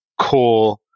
core